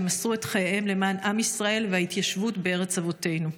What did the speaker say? שמסרו את חייהם למען עם ישראל וההתיישבות בארץ אבותינו.